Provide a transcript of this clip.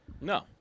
No